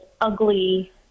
ugly